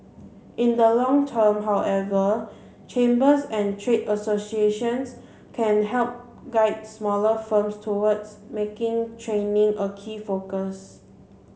in the long term however chambers and trade associations can help guide smaller firms towards making training a key focus